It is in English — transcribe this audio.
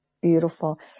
Beautiful